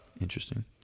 Interesting